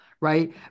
right